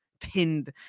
pinned